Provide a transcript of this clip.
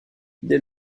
dès